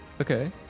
Okay